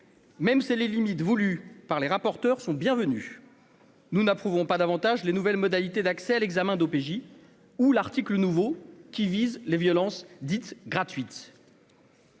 Même c'est les limites voulues par les rapporteurs sont bienvenues. Nous n'approuvons pas davantage les nouvelles modalités d'accès à l'examen d'OPJ ou l'Arctique, le nouveau qui vise les violences dites gratuites.